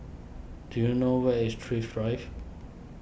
do you know where is Thrift Drive